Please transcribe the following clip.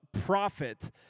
profit